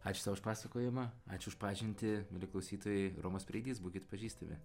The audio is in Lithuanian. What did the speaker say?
ačiū tau už pasakojimą ačiū už pažintį mieli klausytojai romas preigys būkit pažįstami